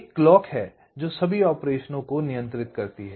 एक क्लॉक है जो सभी ऑपरेशनों को नियंत्रित करती है